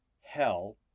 hell